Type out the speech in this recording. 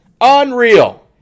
unreal